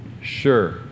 Sure